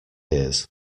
ears